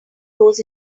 goes